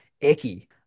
icky